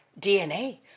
DNA